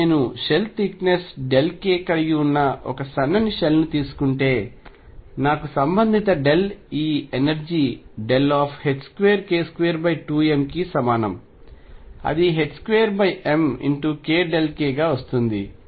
మరియు నేను shell thickness k కలిగి ఉన్న ఒక సన్నని షెల్ తీసుకుంటే నాకు సంబంధిత E ఎనర్జీ 2k22m కి సమానం అది 2m kk గా వస్తుంది